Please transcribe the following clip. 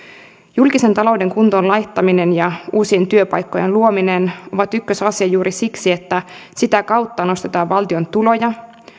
julkisen talouden kuntoon laittaminen ja uusien työpaikkojen luominen ovat ykkösasia juuri siksi että sitä kautta nostetaan valtion tuloja